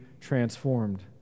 transformed